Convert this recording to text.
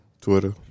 Twitter